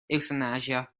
ewthanasia